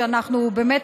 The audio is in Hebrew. שבאמת,